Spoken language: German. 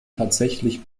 tatsächlich